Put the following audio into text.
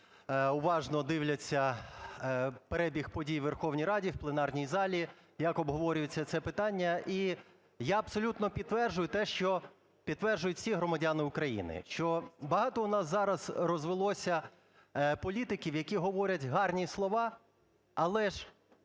уважно дивляться перебіг подій у Верховній Раді в пленарній залі, як обговорюється це питання. І я абсолютно підтверджую те, що підтверджують всі громадяни України, що багато у нас зараз розвелося політиків, які говорять гарні слова, але ж